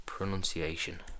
pronunciation